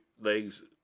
legs